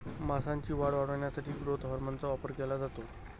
मांसाची वाढ वाढवण्यासाठी ग्रोथ हार्मोनचा वापर केला जातो